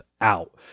out